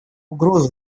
угрозу